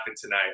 tonight